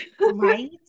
right